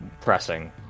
pressing